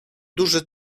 duży